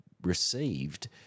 received